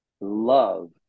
love